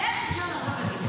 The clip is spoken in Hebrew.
איך אפשר לעזוב את דימונה?